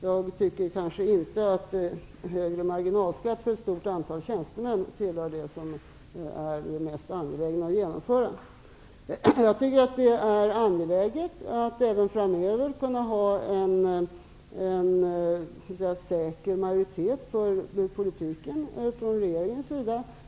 Jag tycker kanske inte att högre marginalskatt för ett stort antal tjänstemän tillhör det mest angelägna att genomföra. Det är angeläget för regeringen att även framöver kunna ha en så att säga säker politisk majoritet.